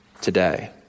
today